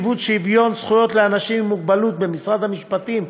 שוויון זכויות לאנשים עם מוגבלות במשרד המשפטים,